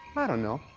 i don't know.